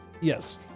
Yes